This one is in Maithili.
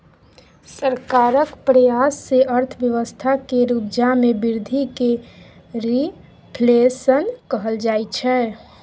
सरकारक प्रयास सँ अर्थव्यवस्था केर उपजा मे बृद्धि केँ रिफ्लेशन कहल जाइ छै